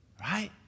Right